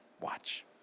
Watch